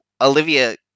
Olivia